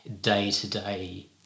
day-to-day